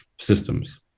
systems